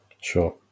Sure